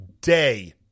day